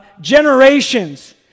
generations